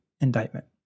indictment